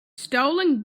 stolen